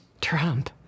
Trump